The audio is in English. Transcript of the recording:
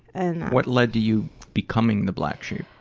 and what led to you becoming the black sheep?